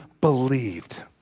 believed